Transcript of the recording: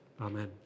Amen